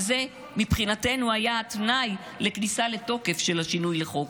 וזה מבחינתנו היה התנאי לכניסה לתוקף של השינוי לחוק.